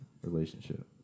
relationship